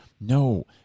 no